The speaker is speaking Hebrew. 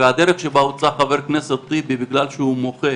והדרך שבה הוצא חבר הכנסת טיבי בגלל שהוא מוחה